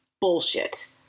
Bullshit